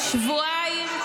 שבועיים.